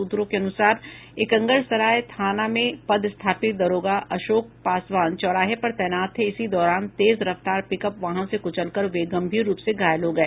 सूत्रों के अनुसार एकंगरसराय थाना में पदस्थापित दारोगा अशोक पासवान चौराहे पर तैनात थे इसी दौरान तेज रफ्तार पिकअप वाहन से कुचल कर वे गंभीर रूप से घायल हो गए